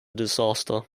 disaster